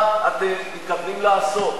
מה אתם מתכוונים לעשות?